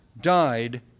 died